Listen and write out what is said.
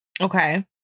Okay